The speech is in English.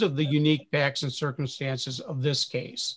of the unique jackson circumstances of this case